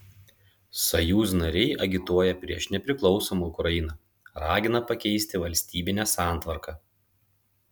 sojuz nariai agituoja prieš nepriklausomą ukrainą ragina pakeisti valstybinę santvarką